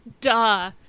duh